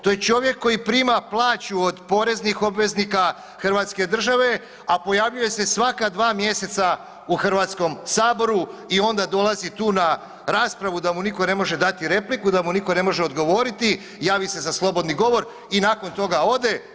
To je čovjek koji prima plaću od poreznih obveznika Hrvatske države, a pojavljuje se svaka dva mjeseca u Hrvatskom saboru i onda dolazi tu na raspravu da mu nitko ne može dati repliku, da mu nitko ne može odgovoriti, javi se za slobodni govor i nakon toga ode.